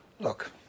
Look